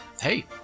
hey